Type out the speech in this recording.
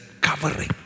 covering